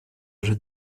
уже